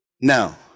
Now